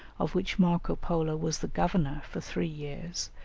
of which marco polo was the governor for three years,